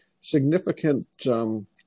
significant